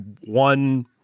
one